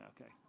okay